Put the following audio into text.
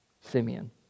Simeon